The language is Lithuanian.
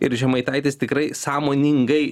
ir žemaitaitis tikrai sąmoningai